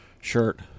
shirt